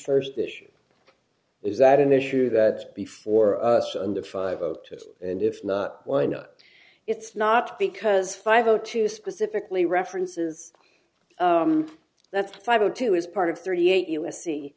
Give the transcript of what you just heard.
first issue is that an issue that before us under five o two and if not why no it's not because five o two specifically references that's five o two is part of thirty eight u